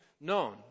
known